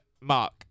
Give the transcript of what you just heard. Mark